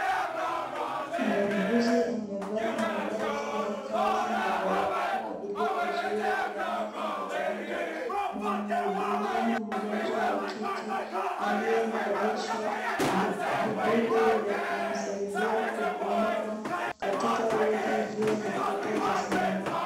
Muuguzi amevaa mavazi ya kazi na barakoa ili kuzuia kueneza magonjwa. Anamhudumia mgonjwa wa kike aliyevalishwa vidude vya kumsaidia kupumua katika wodi iliyo na kuta za samawati.